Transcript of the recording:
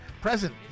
Present